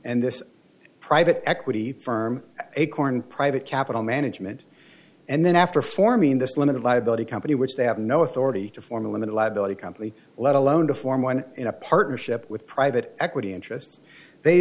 and this private equity firm acorn private capital management and then after forming this limited liability company which they have no authority to form a limited liability company let alone to form one in a partnership with private equity interests they